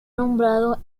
nombrado